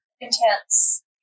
Intense